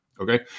Okay